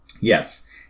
yes